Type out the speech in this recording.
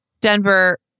Denver